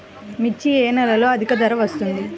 మిర్చి ఏ నెలలో అధిక ధర వస్తుంది?